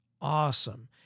awesome